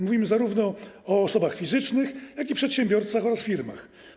Mówimy zarówno o osobach fizycznych, jak i o przedsiębiorcach oraz firmach.